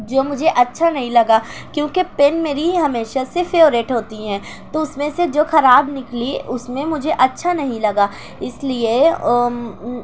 جو مجھے اچھا نہیں لگا کیوں کہ پین میری ہمیشہ سے فیوریٹ ہوتی ہیں تو اس میں سے جو خراب نکلی اس میں مجھے اچھا نہیں لگا اس لیے